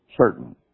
certain